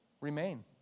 Remain